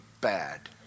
bad